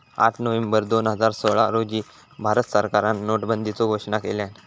आठ नोव्हेंबर दोन हजार सोळा रोजी भारत सरकारान नोटाबंदीचो घोषणा केल्यान